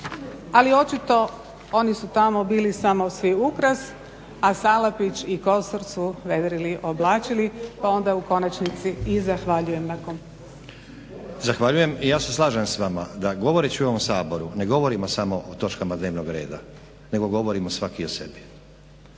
Ali očito oni su tamo bili svi ukras a Salapić i Kosor su vedrili, oblačili pa onda u konačnici i zahvaljujem na tom. **Stazić, Nenad (SDP)** Zahvaljujem. Ja se slažem s vama da govoreći u ovom Saboru ne govorimo samo o točkama dnevnog reda nego govorimo svaki o sebi.